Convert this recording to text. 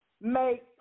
make